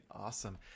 Awesome